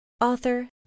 Author